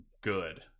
good